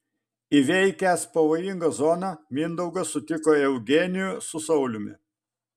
įveikęs pavojingą zoną mindaugas sutiko eugenijų su sauliumi